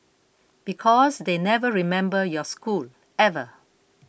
because they never remember your school ever